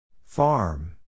Farm